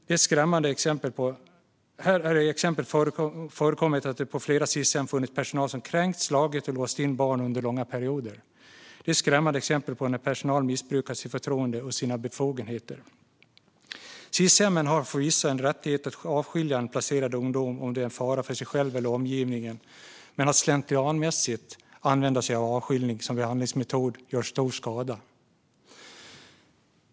Det har till exempel framkommit att det på flera Sis-hem funnits personal som kränkt, slagit och låst in barn under långa perioder. Detta är skrämmande exempel på när personal missbrukat sitt förtroende och sina befogenheter. Sis-hemmen har förvisso en rättighet att avskilja en placerad ungdom som är en fara för sig själv eller omgivningen, men att slentrianmässigt använda avskiljning som behandlingsmetod gör stor skada.